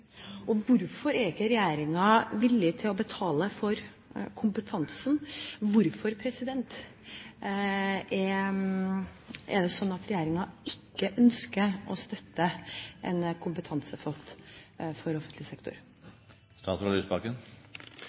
koster. Hvorfor er ikke regjeringen villig til å betale for den kompetansen? Hvorfor er det sånn at regjeringen ikke ønsker å støtte en kompetansepott i offentlig